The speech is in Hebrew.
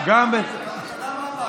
מר בן ברק,